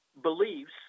beliefs